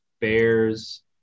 Bears